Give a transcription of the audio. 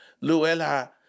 Luella